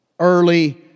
early